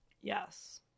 Yes